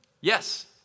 Yes